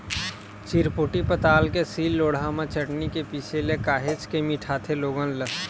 चिरपोटी पताल के सील लोड़हा म चटनी के पिसे ले काहेच के मिठाथे लोगन ला